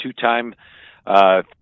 two-time